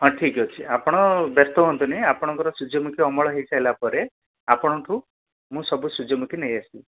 ହଁ ଠିକ୍ ଅଛି ଆପଣ ବ୍ୟସ୍ତ ହୁଅନ୍ତୁନି ଆପଣଙ୍କର ସୂର୍ଯ୍ୟମୁଖୀ ଅମଳ ହୋଇସାରିଲା ପରେ ଆପଣଙ୍କଠୁ ମୁଁ ସବୁ ସୂର୍ଯ୍ୟମୁଖୀ ନେଇଆସିବି